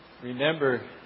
Remember